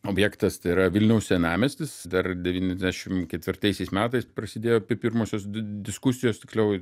objektas tai yra vilniaus senamiestis dar devyniasdešim ketvirtaisiais metais prasidėjo pi pirmosios di diskusijos tiksliau